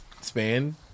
span